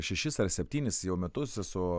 šešis ar septynis jau metus esu